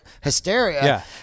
Hysteria